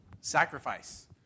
sacrifice